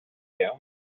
you